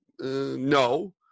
no